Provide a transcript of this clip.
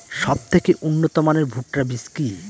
সবথেকে উন্নত মানের ভুট্টা বীজ কি?